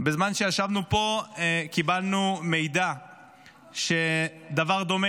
בזמן שישבנו פה קיבלנו מידע שדבר דומה